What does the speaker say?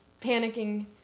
panicking